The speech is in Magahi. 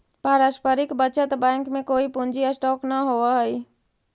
पारस्परिक बचत बैंक में कोई पूंजी स्टॉक न होवऽ हई